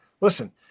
Listen